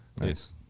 Nice